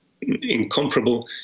incomparable